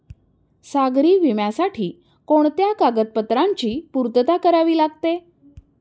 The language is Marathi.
सागरी विम्यासाठी कोणत्या कागदपत्रांची पूर्तता करावी लागते?